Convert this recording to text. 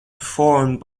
performed